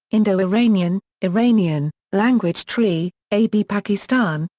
indo-iranian, iranian language tree a b pakistan,